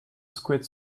squirt